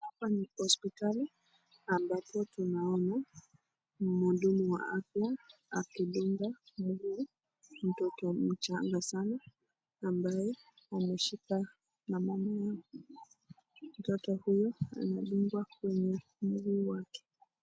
Hapa ni hospitali ambapo tunaona mhudumu wa afya akidunga mguu mtoto mchanga sana ambaye ameshikwa na mama yake. Mtoto huyu amedungwa kwenye mguu wake.